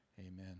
Amen